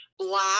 black